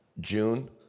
June